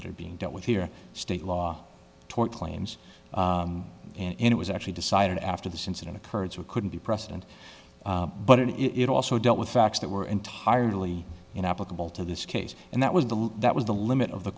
that are being dealt with here state law tort claims and it was actually decided after this incident occurred so it couldn't be precedent but it also dealt with facts that were entirely in applicable to this case and that was the law that was the limit of the